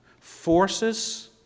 forces